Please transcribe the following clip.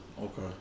Okay